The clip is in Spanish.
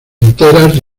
enteras